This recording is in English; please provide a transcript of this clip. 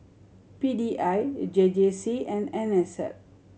P D I J J C and N S L